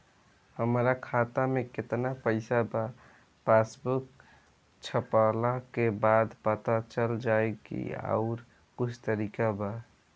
हमरा खाता में केतना पइसा बा पासबुक छपला के बाद पता चल जाई कि आउर कुछ तरिका बा?